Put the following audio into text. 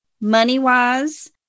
Money-wise